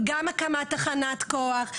גם הקמת תחנת כוח,